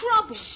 trouble